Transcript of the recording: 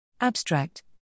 Abstract